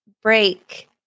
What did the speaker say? Break